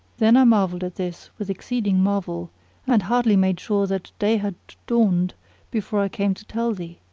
then i marvelled at this with exceeding marvel and hardly made sure that day had dawned before i came to tell thee.